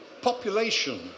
population